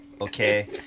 okay